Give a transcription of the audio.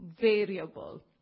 variable